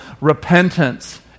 repentance